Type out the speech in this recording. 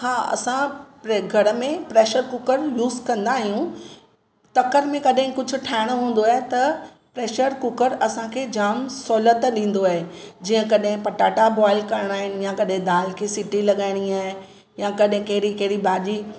हा असां प्रे घर में प्रेशर कुकर यूस कदां आहियूं तकड़ि में कॾहिं कुझु ठाहिणो हूंदो आहे त प्रेशर कुकर असां खे जामु सहूलियत ॾींदो आहे जीअं कॾहिं पटाटा बोइल करिणा आहिनि या कॾहिं दाल के सीटी लगाइणी आहे या कॾहिं कहिड़ी कहिड़ी भाॼी